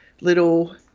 little